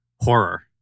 horror